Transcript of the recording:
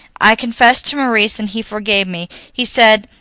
i confessed to maurice, and he forgave me. he said,